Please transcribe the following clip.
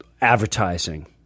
advertising